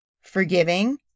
forgiving